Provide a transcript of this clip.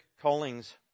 callings